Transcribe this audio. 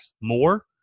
more